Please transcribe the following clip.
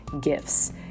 gifts